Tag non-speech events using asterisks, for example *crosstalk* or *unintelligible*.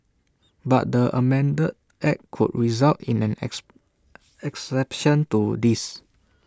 but the amended act could result in an *unintelligible* exception to this